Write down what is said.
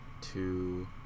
two